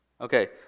Okay